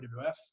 WWF